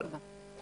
להתחיל.